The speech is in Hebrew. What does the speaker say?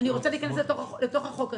אני רוצה להיכנס אל תוך החוק הזה.